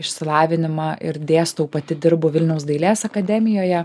išsilavinimą ir dėstau pati dirbu vilniaus dailės akademijoje